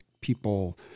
people